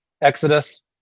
Exodus